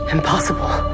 Impossible